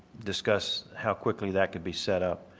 discuss how quickly that could be set up.